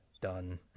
done